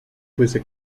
fuese